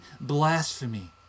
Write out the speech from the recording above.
blasphemy